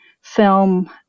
film